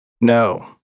No